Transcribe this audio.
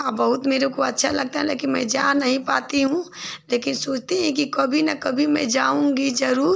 और बहुत मेरे को अच्छा लगता है लेकिन मैं जा नहीं पाती हूँ लेकिन सोचते हैं कि कभी न कभी मैं जाऊँगी ज़रूर